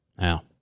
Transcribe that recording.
Now